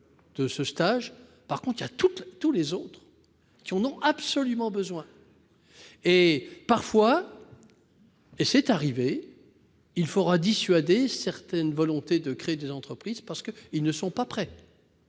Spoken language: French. mais il y a tous les autres, qui en ont absolument besoin. Parfois- c'est arrivé -, il faudra dissuader certaines volontés de créer leur entreprise parce qu'elles ne sont pas prêtes.